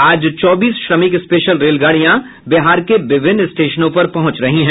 आज चौबीस श्रमिक स्पेशल रेलगाडियां बिहार के विभिन्न स्टेशन पर पहुंच रही हैं